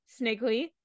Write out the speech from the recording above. Snigley